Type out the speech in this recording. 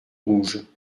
rouge